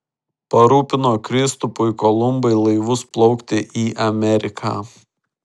parūpino kristupui kolumbui laivus plaukti į ameriką